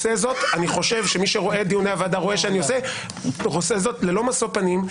מי שרואה את דיוני הוועדה רואה שאני עושה זאת ללא משוא פנים.